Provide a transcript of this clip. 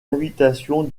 invitation